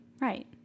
Right